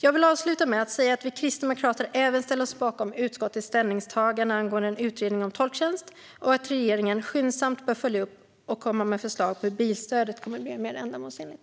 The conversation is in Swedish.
Jag vill avsluta med att säga att vi kristdemokrater även ställer oss bakom utskottets ställningstagande angående en utredning om tolktjänst och att regeringen skyndsamt bör följa upp och komma med förslag på hur bilstödet kan bli mer ändamålsenligt.